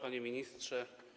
Panie Ministrze!